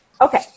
Okay